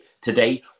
Today